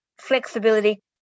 flexibility